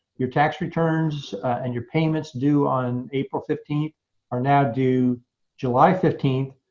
your tax returns and your payments due on april fifteen are now due july fifteen.